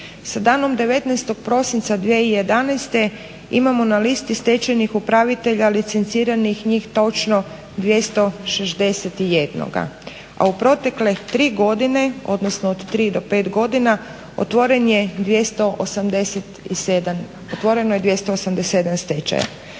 Sa danom 19. prosinca 2011. imamo na listi stečajnih upravitelja licenciranih njih točno 261, a u protekle tri godine odnosno od tri do pet godina otvoreno je 287 stečaja.